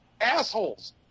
assholes